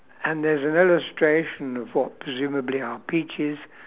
and there's an illustration of what presumably are peaches